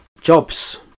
jobs